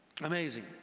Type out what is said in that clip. Amazing